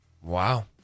Wow